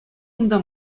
унта